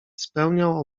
spełniał